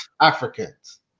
Africans